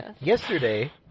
Yesterday